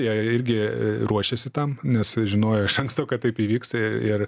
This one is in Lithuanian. jie irgi ruošėsi tam nes žinojo iš anksto kad taip įvyks ir